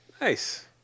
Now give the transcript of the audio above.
Nice